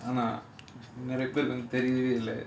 ஆனா நிறைய பேருக்கு தெரிறதே இல்ல:aanaa niraiyaa perukku theriyarathae illa